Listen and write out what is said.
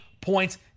points